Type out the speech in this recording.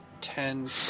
ten